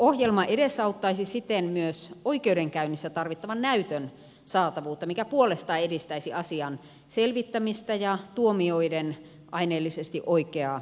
todistajansuojeluohjelma edesauttaisi siten myös oikeudenkäynnissä tarvittavan näytön saatavuutta mikä puolestaan edistäisi asian selvittämistä ja tuomioiden aineellisesti oikeaa lopputulosta